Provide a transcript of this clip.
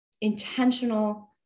intentional